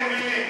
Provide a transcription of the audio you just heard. מילים.